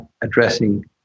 addressing